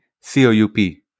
c-o-u-p